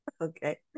okay